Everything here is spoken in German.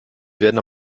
werden